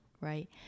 right